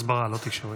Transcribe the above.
הסברה, לא תקשורת.